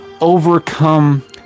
overcome